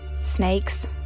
Snakes